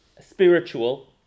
spiritual